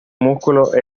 músculo